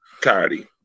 Cardi